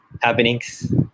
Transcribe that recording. happenings